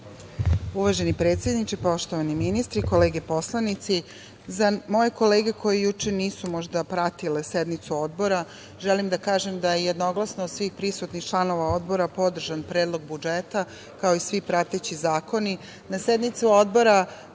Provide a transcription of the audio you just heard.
Uvaženi predsedniče, poštovani ministri, kolege poslanici, za moje kolege koje juče možda nisu pratili sednicu Odbora, želim da kažem da su jednoglasno svi prisutni članovi Odbora podržali Predlog budžeta, kao i sve prateće zakone. Na